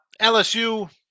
LSU